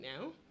now